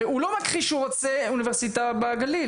הרי הוא לא מכחיש שהוא רוצה אוניברסיטה בגליל.